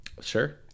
Sure